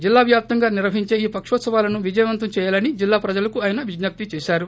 జిల్లావ్యాప్తంగా నిర్వహించే ఈ పకోత్సవాలను విజయవంతం చేయాలని జిల్లా ప్రజలకు ఆయన విజ్ఞప్తి చేశారు